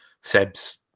Seb's